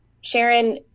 Sharon